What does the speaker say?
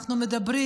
אנחנו מדברים